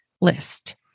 list